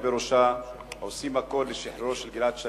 בראשה עושים הכול לשחרור גלעד שליט.